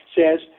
says